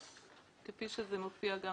כפי שזה מופיע היום.